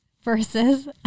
versus